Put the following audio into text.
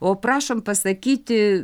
o prašom pasakyti